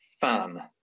fan